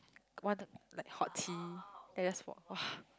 wanted like hot tea then I just walk !wah!